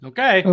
Okay